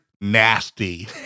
nasty